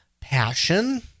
passion